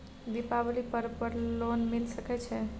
दीपावली पर्व पर लोन मिल सके छै?